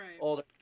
older